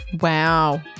Wow